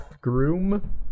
Groom